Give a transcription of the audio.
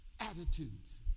attitudes